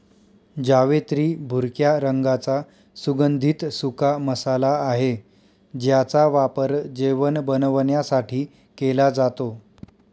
जावेत्री भुरक्या रंगाचा सुगंधित सुका मसाला आहे ज्याचा वापर जेवण बनवण्यासाठी केला जातो